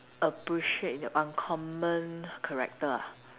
appreciate the uncommon character ah